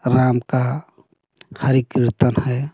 राम का हरि कीर्तन है